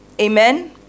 Amen